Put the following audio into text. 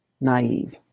naive